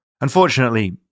Unfortunately